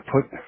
put